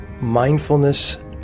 mindfulness